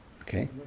Okay